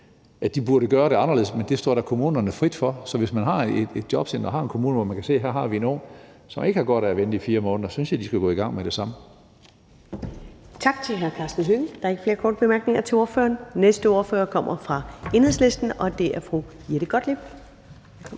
at de burde gøre det anderledes, men det står da kommunerne frit for. Så hvis man i et jobcenter eller en kommune kan se, at man her har en ung person, som ikke har godt af at vente i 4 måneder, så synes jeg, de skal gå i gang med det samme. Kl. 20:17 Første næstformand (Karen Ellemann): Tak til hr. Karsten Hønge. Der er ikke flere korte bemærkninger til ordføreren. Den næste ordfører kommer fra Enhedslisten, og det er fru Jette Gottlieb.